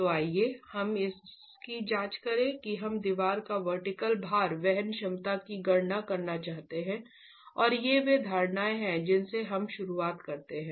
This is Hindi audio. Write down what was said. तो आइए हम इसकी जांच करें कि हम दीवार का वर्टिकल भार वहन क्षमता की गणना करना चाहते हैं और ये वे धारणाएं हैं जिनसे हम शुरुआत करते हैं